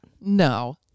No